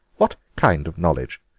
what kind of knowledge?